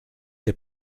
que